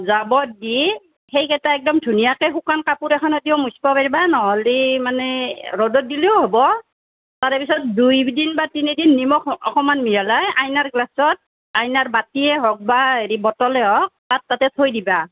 যাব দি সেইকেইটা একদম ধুনীয়াকৈ শুকান কাপোৰ এখনেদিও মুচিব পাৰিবা নহ'লে মানে ৰ'দত দিলেও হ'ব তাৰেপিছত দুই দিন বা তিনি দিন নিমখ অকণমান মিহলাই আইনাৰ গ্লাছত আইনাৰ বাতিয়ে হওক বা হেৰি বটলে হওক তাক তাতে থৈ দিবা